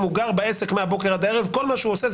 הוא גר בעסק מהבוקר ועד העורב,